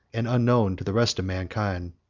and unknown to the rest of mankind.